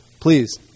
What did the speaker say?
Please